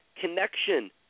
connection